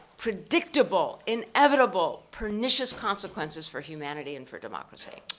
predictable, inevitable, pernicious consequences for humanity and for democracy.